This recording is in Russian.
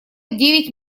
девять